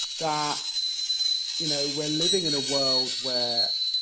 that you know, we're living in a world where,